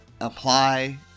apply